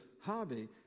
hobby